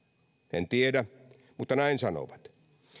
en tiedä mutta näin sanovat